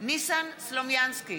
ניסן סלומינסקי,